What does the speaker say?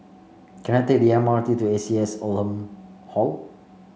can I take the M R T to A C S Oldham Hall